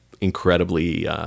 incredibly